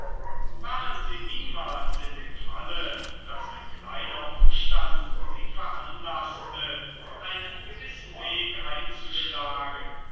waren sie niemals in dem falle daß ein kleiner umstand sie veranlaßte einen gewissen weg einzuschlagen